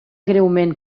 greument